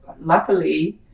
luckily